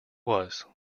was